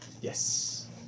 Yes